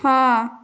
ହଁ